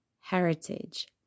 heritage